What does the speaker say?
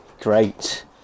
Great